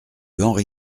henri